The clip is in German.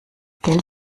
geld